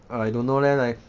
I don't know leh like